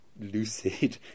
lucid